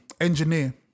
engineer